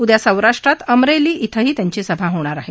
उद्या सौराष्ट्रात अमरेली इथं त्यांची सभा होणार आहे